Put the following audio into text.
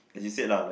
as you said lah like